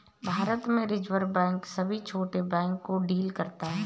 भारत में reserve bank सभी छोटे बैंक को डील करता है